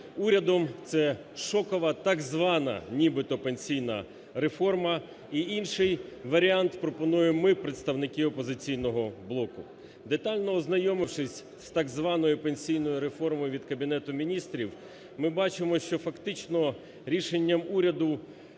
урядом. Це шокова, так звана, нібито пенсійна реформа. І інший варіант пропонуємо ми, представники "Опозиційного блоку". Детально ознайомившись з так званою пенсійною реформою від Кабінету Міністрів, ми бачимо, що фактично рішенням уряду,